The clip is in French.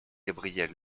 gabriel